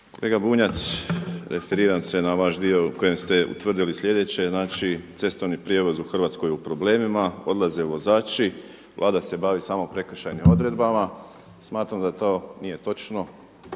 Kolega Bunjac, referiram se na vaš dio u kojem ste utvrdili sljedeće, znači cestovni prijevoz u Hrvatsko u problemima, odlaze vozači, Vlada se bavi samo prekršajnim odredbama. Smatram da to nije točno,